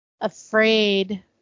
afraid